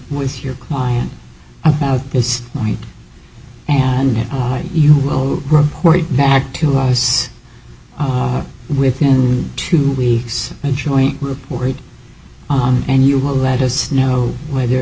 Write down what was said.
with your client about this point and that you will report back to us within two weeks and joint report and you will let us know whether